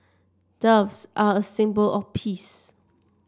doves are a symbol of peace